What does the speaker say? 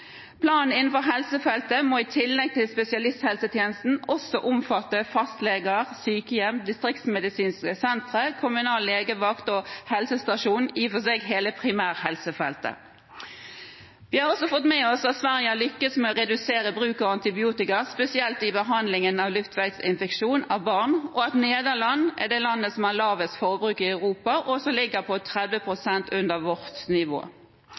Planen innenfor helsefeltet må i tillegg til spesialisthelsetjenesten også omfatte fastleger, sykehjem, distriktsmedisinske sentre, kommunal legevakt og helsestasjoner – i og for seg hele primærhelsefeltet. Vi har også fått med oss at Sverige har lyktes med å redusere bruken av antibiotika, spesielt i behandlingen av luftveisinfeksjoner hos barn, og at Nederland er det landet som har lavest forbruk i Europa, og som ligger 30 pst. under vårt nivå.